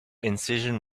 incision